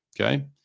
Okay